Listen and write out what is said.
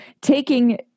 taking